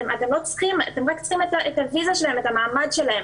אתם רק צריכים את הוויזה שלהם, את המעמד שלהם.